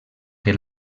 que